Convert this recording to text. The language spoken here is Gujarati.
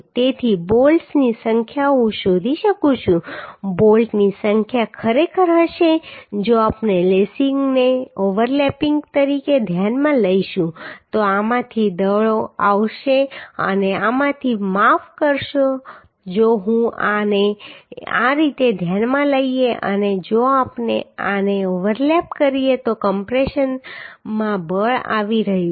તેથી બોલ્ટ્સની સંખ્યા હું શોધી શકું છું બોલ્ટની સંખ્યા ખરેખર હશે જો આપણે લેસિંગને ઓવરલેપિંગ તરીકે ધ્યાનમાં લઈશું તો આમાંથી દળો આવશે અને આમાંથી માફ કરશો માફ કરશો જો હું આને આ રીતે ધ્યાનમાં લઈએ અને જો આપણે આને ઓવરલેપ કરીએ તો કમ્પ્રેશનમાં બળ આવી રહ્યું છે